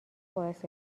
باعث